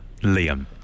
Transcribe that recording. Liam